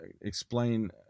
explain